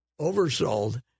oversold